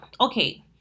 okay